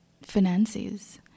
finances